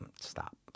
Stop